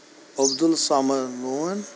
Abdul Samad لون